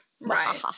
Right